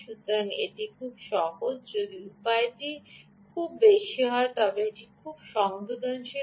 সুতরাং এটি খুব সহজ যদি উপায়টি খুব বেশি হয় তবে এটি খুব সংবেদনশীল